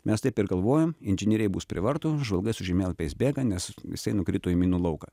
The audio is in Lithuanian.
mes taip ir galvojom inžinieriai bus prie vartų žvalgai su žemėlapiais bėga nes jisai nukrito į minų lauką